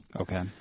Okay